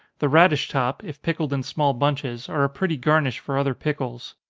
the radish top, if pickled in small bunches, are a pretty garnish for other pickles.